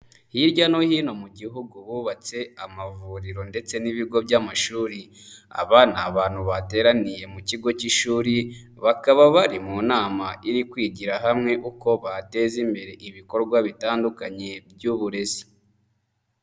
Hirya no hino mu gihugu bubatse amavuriro ndetse n'ibigo by'amashuri. Aba ni abantu bateraniye mu kigo k'ishuri, bakaba bari mu nama iri kwigira hamwe uko bateza imbere ibikorwa bitandukanye by'uburezi.